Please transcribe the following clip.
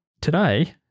today